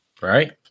right